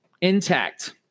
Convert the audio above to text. intact